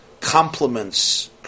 compliments